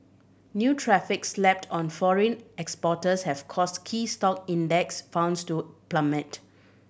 new tariffs slapped on foreign exporters have caused key stock Index Funds to plummet